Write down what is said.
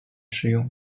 食用